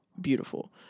beautiful